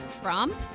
Trump